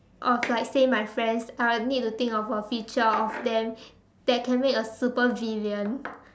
of like say my friends I would need to think of a feature of them that can make a supervillain